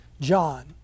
John